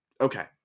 Okay